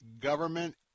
government